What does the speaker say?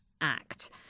Act